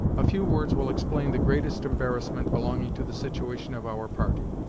a few words will explain the greatest embarrassment belonging to the situation of our party.